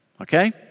Okay